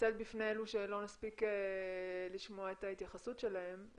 מתנצלת בפני אלה שלא נספיק לשמוע את ההתייחסות שלהם,